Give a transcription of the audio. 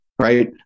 right